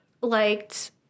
liked